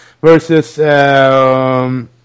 Versus